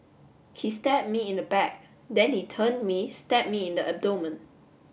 he stabbed me in the back then he turned me stabbed me in the abdomen